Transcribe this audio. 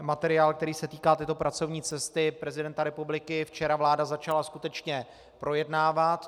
Materiál, který se týká této pracovní cesty prezidenta republiky, včera vláda začala skutečně projednávat.